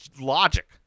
logic